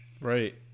right